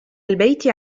البيت